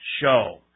show